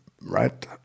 right